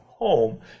home